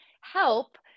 help